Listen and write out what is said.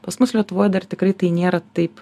pas mus lietuvoj dar tikrai tai nėra taip